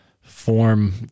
form